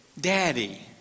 Daddy